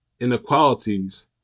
Inequalities